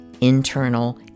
internal